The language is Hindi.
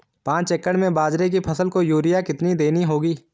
पांच एकड़ में बाजरे की फसल को यूरिया कितनी देनी होगी?